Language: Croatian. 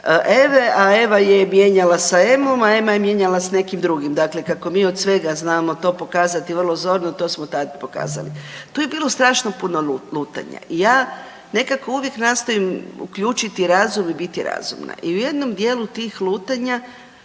Eva je mijenjala sa Emom, a Ema je mijenjala sa nekim drugim, Dakle, kako mi od svega znamo to pokazati vrlo zorno, to smo tada pokazali. Tu je bilo strašno puno lutanja i ja nekako uvijek nastojim uključiti razum i biti razumna. I u jednom dijelu tih lutanja